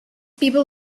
people